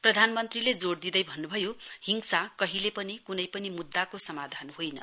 प्रधानमन्त्रीले जोड़ दिँदै भन्नुभयो हिंसा कहिले पनि कुनै पनि मुद्दाको समाधान होइन